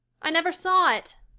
i never saw it.